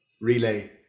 Relay